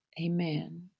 amen